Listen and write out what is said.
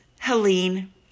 Helene